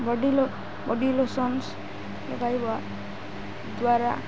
ବଡ଼ି body lotions ଲଗାଇବ ଦ୍ୱାରା